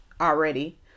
already